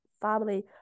family